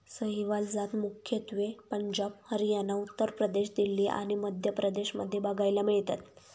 सहीवाल जात मुख्यत्वे पंजाब, हरियाणा, उत्तर प्रदेश, दिल्ली आणि मध्य प्रदेश मध्ये बघायला मिळतात